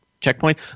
checkpoint